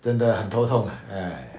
真的很头痛 ah !aiya!